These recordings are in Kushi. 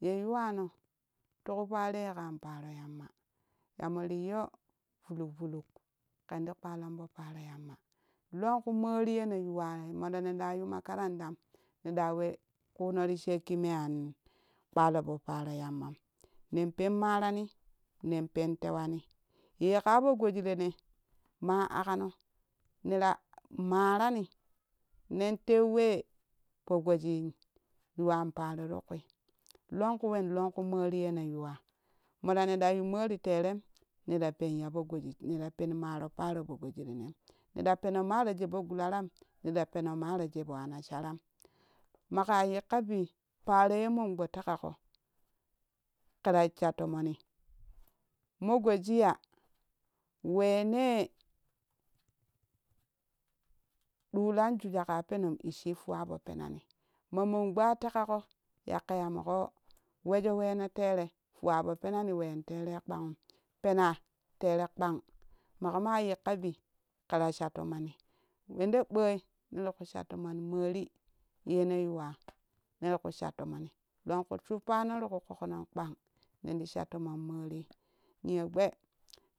Ye yuwano tiku paro ye kan paro yamma yamo riiyo vuluk vuluk kenti palon po paro yamma lonku mori yene yuwa morane ɗa yu makarandan ne ɗa we ku no ti shekki mean kpalo popa ro yamman nen pen marani nen pen tewani ye ka po goji rene ma aƙano nera marani nen teu we po goji yuwan paro ti kui lanku wen lonku mori ye ne yuwa mora nera yu mori terem nera pen yapo goji nera pero msro paro po goji renem neɗa peno maro she po gularam neɗa peno maro she po ana saram maka yikka bi paro ye mongbe tekaƙo kera sha tomoni mo goji ya wene ɗolan jujaka penom isshi fuwa po penani ma mon gbea teƙako ya moko wojo wena tere fuwa po penani wen terei kpahum pena tere kpan make ma yikkaɓi kera sha tom moni wende ɓoi nere ka sha tomon mori yene yuwa nera ku sha tomoni lonku shuppano ti ku ƙoƙonan kpan nen ti sha tomon morii niyo gbe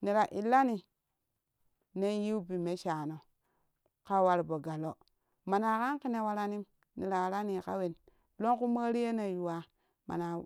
nera illani nen yiu bi me shano ka war po galo mana kan kene waranim nera warani ka wen lonku mori yene yuwa mana.